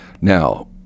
Now